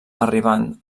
arribant